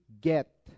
get